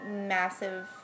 massive